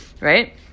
right